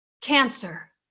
cancer